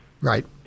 Right